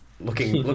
looking